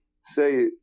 say